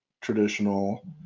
Traditional